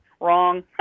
wrong